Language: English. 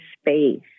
space